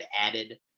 added